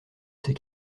ses